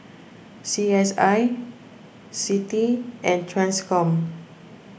C S I Citi and Transcom